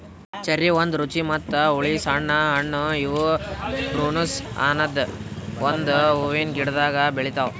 cherry ಒಂದ್ ರುಚಿ ಮತ್ತ ಹುಳಿ ಸಣ್ಣ ಹಣ್ಣು ಇವು ಪ್ರುನುಸ್ ಅನದ್ ಒಂದು ಹೂವಿನ ಗಿಡ್ದಾಗ್ ಬೆಳಿತಾವ್